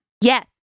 Yes